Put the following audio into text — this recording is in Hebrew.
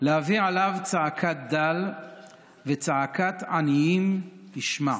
"להביא עליו צעקת דל וצעקת עניים ישמע".